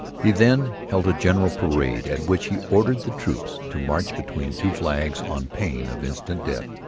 he then held a general parade at which he ordered the troops to march between two flag-poles on pain of instant death,